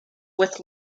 with